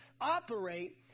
operate